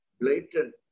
blatant